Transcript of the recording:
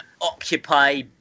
occupy